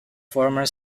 former